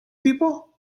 people